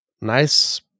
nice